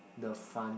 the fun